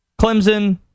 Clemson